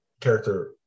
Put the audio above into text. character